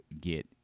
get